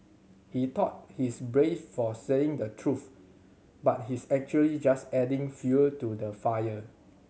he thought he's brave for saying the truth but he's actually just adding fuel to the fire